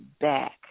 back